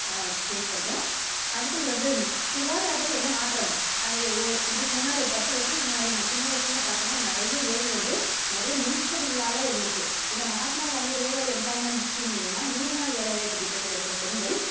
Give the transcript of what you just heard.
face பண்ணுறோம் அடுத்தது வந்து சுகாதாரத்தில் என்ன மாற்றம் அது ஓ இதுக்கு முன்னாடி ஒரு பத்து வருஷத்துக்கு முன்னாடி நான் சின்ன வயசுலேருந்து பார்த்தோன்னா நிறைய ஏரி வந்து நிறைய முள் செடிகளால் இருந்துச்சு இந்த Mahatma Gandhi rural employment scheme மூலிமா நூறு நாள் வேலைவாய்ப்பு திட்டத்தில் இருக்கிற பெண்கள்